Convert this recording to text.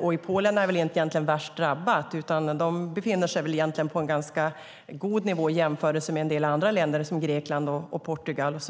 Och Polen är väl egentligen inte värst drabbat, utan de befinner sig på en ganska god nivå i jämförelse med en del andra länder som Grekland och Portugal.